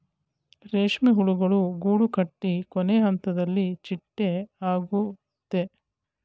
ರೇಷ್ಮೆ ಹುಳುಗಳು ಗೂಡುಕಟ್ಟಿ ಕೊನೆಹಂತದಲ್ಲಿ ಚಿಟ್ಟೆ ಆಗುತ್ತೆ